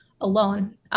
alone